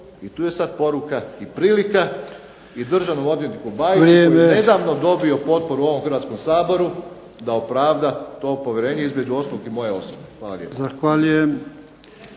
i tu je sad poruka i prilika i državnom odvjetniku Bajiću koji je nedavno dobio potporu u ovom Hrvatskom saboru da opravda to povjerenje, između ostalog i moje osobno. Hvala lijepo.